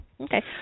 Okay